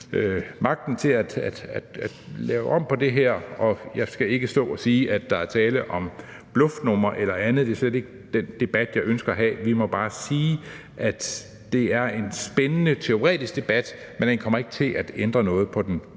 magten til at lave om på det her. Jeg skal ikke stå og sige, at der er tale om et bluffnummer eller andet. Det er slet ikke den debat, jeg ønsker at have. Vi må bare sige, at det er en spændende teoretisk debat, men den kommer ikke til at ændre noget på den